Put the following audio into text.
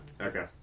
Okay